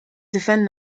defend